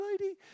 lady